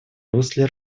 русле